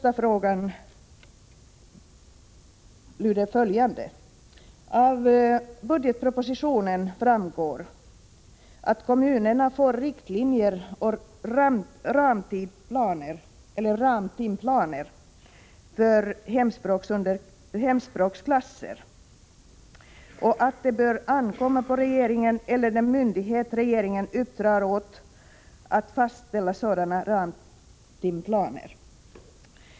Av budgetpropositionen framgår att kommunerna får riktlinjer och ramtimplaner för hemspråksklasser och att det bör ankomma på regeringen, eller den myndighet regeringen ger uppdraget, att fastställa sådana ramtimplaner.